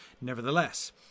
Nevertheless